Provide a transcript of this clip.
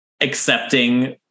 accepting